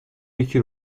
یکی